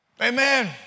Amen